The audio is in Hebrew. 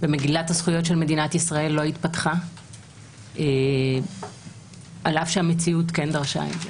ומגילת הזכויות של מדינת ישראל לא התפתחה על אף שהמציאות כן דרשה את זה.